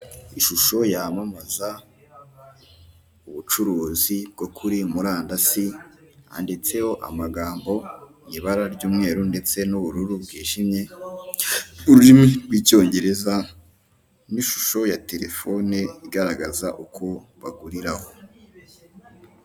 Ishusho yamamaza ubucuruzi bwo kuri murandasi, handitseho amagambo mu ibara ry'umweru ndetse n'ubururu bwijimye, mu ururimi rw'icyongereza n'ishusho ya telefone igaragaza uko baguriraho.